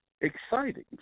exciting